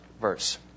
verse